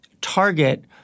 target